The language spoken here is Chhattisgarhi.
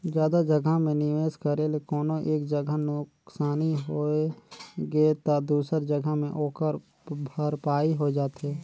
जादा जगहा में निवेस करे ले कोनो एक जगहा नुकसानी होइ गे ता दूसर जगहा में ओकर भरपाई होए जाथे